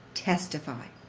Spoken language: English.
testify.